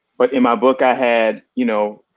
but in my book i had, you know,